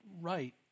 right